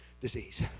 disease